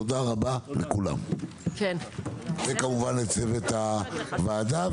תודה רבה לכולם, וכמובן לצוות הוועדה.